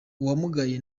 uwamugaye